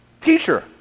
Teacher